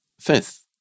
Fifth